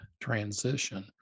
transition